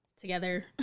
together